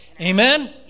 Amen